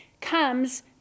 comes